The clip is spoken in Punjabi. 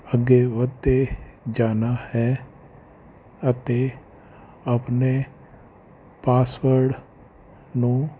ਅੱਗੇ ਵੱਧਦੇ ਜਾਣਾ ਹੈ ਅਤੇ ਆਪਣੇ ਪਾਸਵਰਡ ਨੂੰ